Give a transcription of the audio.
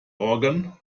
organ